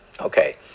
Okay